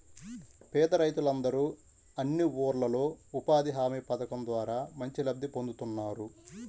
పేద రైతులందరూ అన్ని ఊర్లల్లో ఉపాధి హామీ పథకం ద్వారా మంచి లబ్ధి పొందుతున్నారు